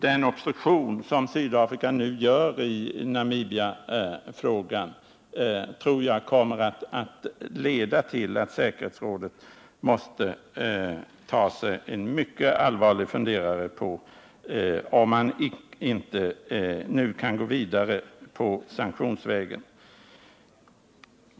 Den obstruktion som Sydafrika nu gör i Namibiafrågan tror jag kommer att leda till att säkerhetsrådet måste ta sig en mycket allvarlig funderare på om man inte nu kan gå vidare på sanktionsvägen.